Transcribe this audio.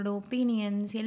opinions